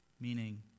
meaning